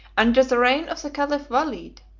under the reign of the caliph walid,